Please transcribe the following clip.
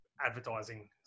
advertising